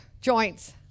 Joints